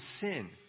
sin